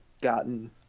gotten